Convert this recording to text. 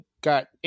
got